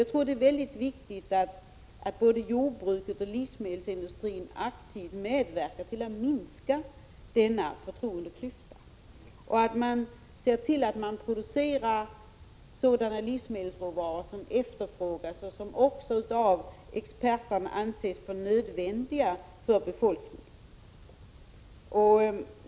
Jag tror det är viktigt att både jordbruket och livsmedelsindustrin aktivt medverkar till att minska denna förtroendeklyfta och att man ser till att producera sådana livsmedelsråvaror som efterfrågas och som också av experterna anses vara nödvändiga för befolkningen.